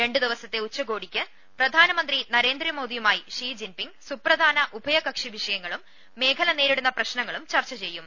രണ്ടു ദിവസത്തെ ഉച്ചകോടിയിൽ പ്രധാനമന്ത്രി നരേന്ദ്രമോദിയുമായി ഷി ജിൻ പിങ് സുപ്രധാന ഉഭയകക്ഷി വിഷയങ്ങളും മേഖല നേരിടുന്ന പ്രശ്നങ്ങളും ചർച്ച ചെയ്യും